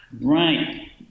Right